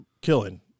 killing